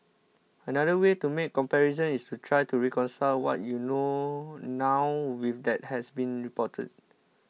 another way to make comparisons is to try to reconcile what you know now with that has been reported